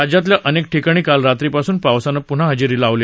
राज्यातल्या अनेक ठिकाणी काल रात्रीपासून पावसानं पून्हा हजेरी लावली हे